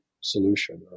solution